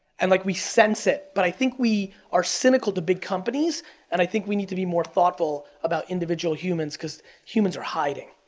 and like, we sense it, but i think we are cynical to big companies and i think we need to be more thoughtful about individual humans cause humans are hiding.